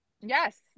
Yes